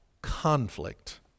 conflict